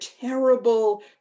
terrible